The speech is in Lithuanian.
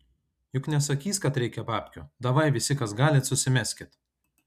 juk nesakys kad reikia babkių davai visi kas galit susimeskit